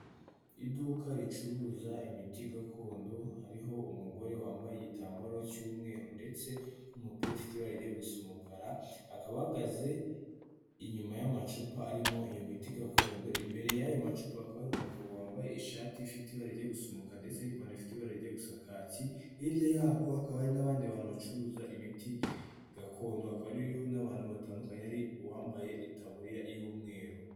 Iduka ricuruza imiti gakondo, hariho umugore wambaye igitambaro cy'umweru ndetse n'umupira ufite ibara rijya gusa umukara. Akaba ahagaze inyuma y'amacupa arimo iyo miti gakondo, imbere y'ayo macupa hakaba hari umugabo wambaye ishati ifite ibara rijya gusa umukara, ndetse n'ipantaro ifite ibara rijya gusa kaki. Hirya yabo hakaba hari n'abandi bantu bacuruza imiti gakondo, hakaba hariyo n'abantu batandukanye harimo uwambaye itaburiya y'umweru.